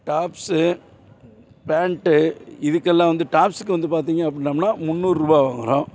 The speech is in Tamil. டாப்ஸு பேண்ட்டு இதுக்கெல்லாம் வந்து டாப்ஸுக்கு வந்து பார்த்தீங்க அப்படின்னோம்னா முந்நூறுபாய் வாங்குறோம்